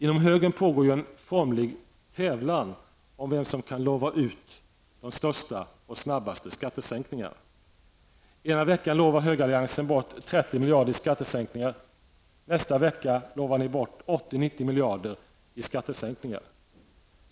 Inom högern pågår en formlig tävlan om vem som kan lova ut de största och snabbaste skattesänkningarna. Ena veckan lovar högeralliansen bort 30 miljarder i skattesänkningar, nästa vecka lovar ni bort 80--90 miljarder kronor i skattesänkningar.